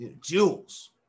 Jewels